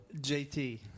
JT